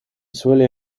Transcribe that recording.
suele